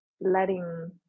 letting